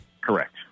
Correct